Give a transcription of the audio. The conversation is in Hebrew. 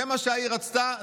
זה מה שהעיר רצתה,